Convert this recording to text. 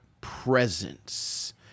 presence